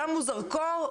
שמו זרקור,